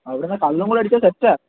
അവിടെന്നാ കള്ളുംകൂടി അടിച്ചാൽ സെറ്റാ